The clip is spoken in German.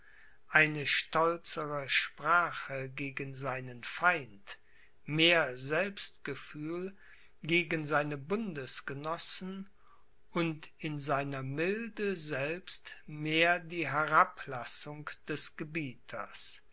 eine stolzere sprache gegen seinen feind mehr selbstgefühl gegen seine bundesgenossen und in seiner milde selbst mehr die herablassung des gebieters